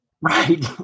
Right